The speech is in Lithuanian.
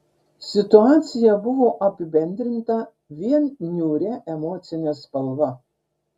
situacija buvo apibendrinta vien niūria emocine spalva